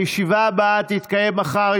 הישיבה הבאה תתקיים מחר,